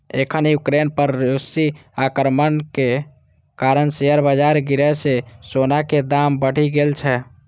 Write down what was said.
एखन यूक्रेन पर रूसी आक्रमणक कारण शेयर बाजार गिरै सं सोनाक दाम बढ़ि गेल छै